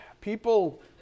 people